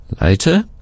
Later